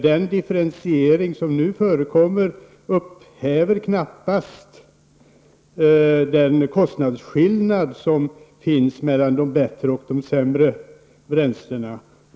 Den differentiering som nu förekommer upphäver knappast den kostnadsskillnad som finns mellan de bättre och de sämre bränslena.